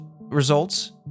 results